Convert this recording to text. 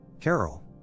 Carol